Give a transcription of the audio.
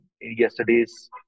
yesterday's